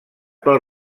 pel